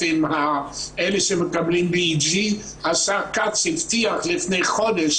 שהם מקבלים, קודם כל המדינה נותנת ואחר-כך